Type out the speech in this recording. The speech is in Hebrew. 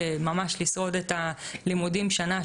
ממש לשרוד את הלימודים שנה,